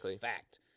fact